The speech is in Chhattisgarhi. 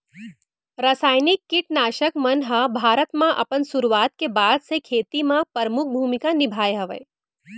रासायनिक किट नाशक मन हा भारत मा अपन सुरुवात के बाद से खेती मा परमुख भूमिका निभाए हवे